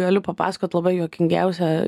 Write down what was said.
galiu papasakot labai juokingiausią